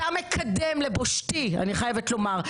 כשאתה מקדם לבושתי אני חייבת לומר,